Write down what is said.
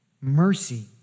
mercy